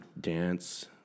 dance